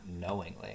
knowingly